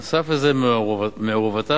נוסף לזה, מעורבותם